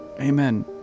Amen